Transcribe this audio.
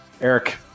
Eric